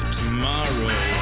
tomorrow